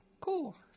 cool